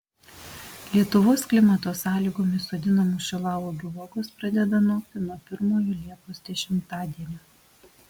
lietuvos klimato sąlygomis sodinių šilauogių uogos pradeda nokti nuo pirmojo liepos dešimtadienio